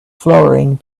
flowering